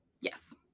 Yes